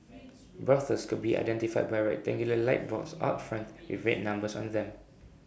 brothels could be identified by A rectangular light box out front with red numbers on them